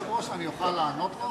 אדוני היושב-ראש, אני אוכל לענות לו?